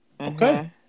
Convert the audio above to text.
Okay